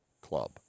club